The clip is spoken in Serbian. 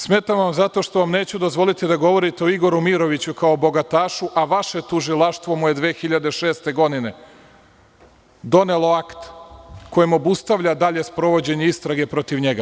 Smetam vam zato što neću dozvoliti da govorite o Igoru Miroviću kao bogatašu, a vaše tužilaštvo mu je 2006. godine donelo akt kojem obustavlja dalje sprovođenje istrage protiv njega.